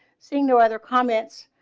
seeing no other comments.